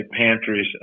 pantries